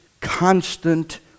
constant